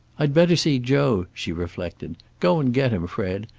i'd better see joe, she reflected. go and get him, fred.